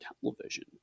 television